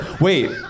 Wait